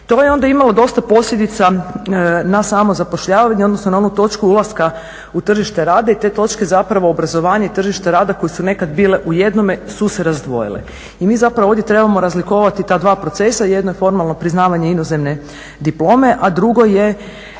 To je onda imalo dosta posljedica na samo zapošljavanje, odnosno na onu točku ulaska u tržište rada i te točke zapravo, obrazovanje i tržište rada koje su nekad bile u jednome, su se razdvojile. I mi zapravo ovdje trebamo razlikovati ta dva procesa, jedno je formalno priznavanje inozemne diplome, a drugo je